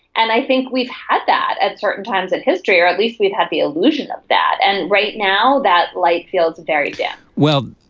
and i think we've had that at certain times in history or at least we've had the illusion of that. and right now that light feels very yeah well